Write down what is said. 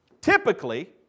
typically